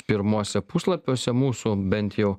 pirmuose puslapiuose mūsų bent jau